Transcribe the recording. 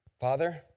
Father